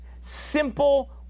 simple